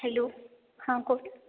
hello हां कोण